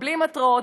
מקבלים התראות,